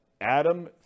Adam